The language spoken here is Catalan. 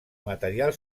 material